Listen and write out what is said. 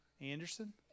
Anderson